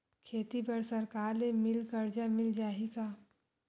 खेती बर सरकार ले मिल कर्जा मिल जाहि का?